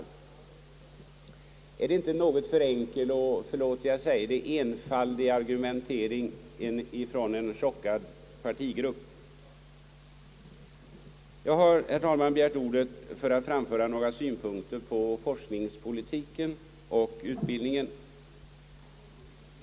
Är det inte en något för enkel och — förlåt att jag säger det — enfaldig argumentering från en chockad partigrupp? Jag har begärt ordet, herr talman, för att anföra några synpunkter på forskningspolitiken och utbildningen.